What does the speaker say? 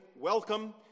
welcome